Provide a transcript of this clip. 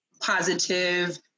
positive